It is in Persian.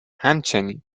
همچنین